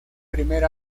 primer